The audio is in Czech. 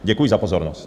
Děkuji za pozornost.